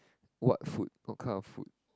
what food what kind of food